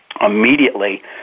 immediately